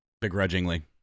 begrudgingly